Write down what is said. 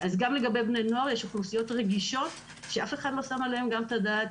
גם לגבי בני נוער יש אוכלוסיות רגישות שאף אחד לא שם אליהם גם את הדעת,